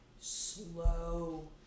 slow